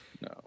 no